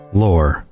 lore